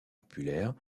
populaires